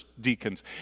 deacons